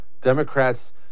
Democrats